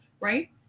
right